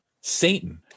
satan